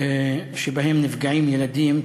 שבהן נפגעים ילדים,